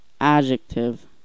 Adjective